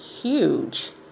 huge